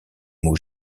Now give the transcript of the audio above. mot